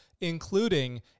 including